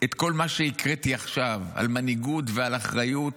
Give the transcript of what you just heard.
את כל מה שקראתי עכשיו על מנהיגות ועל אחריות